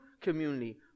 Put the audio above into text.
community